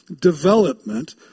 development